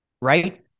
right